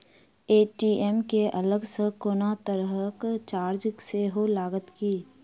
ATM केँ अलग सँ कोनो तरहक चार्ज सेहो लागत की?